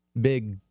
big